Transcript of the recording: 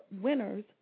winners